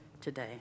today